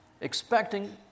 expecting